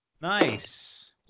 Nice